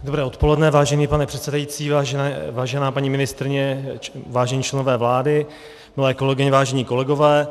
Dobré odpoledne, vážený pane předsedající, vážená paní ministryně, vážení členové vlády, milé kolegyně, vážení kolegové.